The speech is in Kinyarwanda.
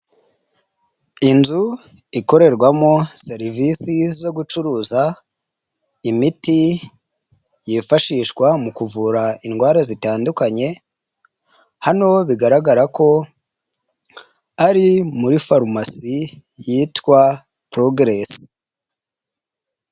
Inzu ikorerwamo serivisi zo gucuruza imiti yifashishwa mu kuvura indwara zitandukanye, hano bigaragara ko ari muri farumasi yitwa porogeresi.